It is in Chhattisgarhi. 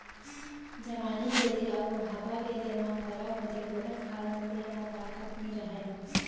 जवानी के देंह अउ बुढ़ापा के देंह म फरक होथे, बुड़हत काल म देंह म ताकत नइ रहय